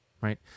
Right